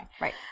Right